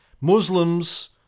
Muslims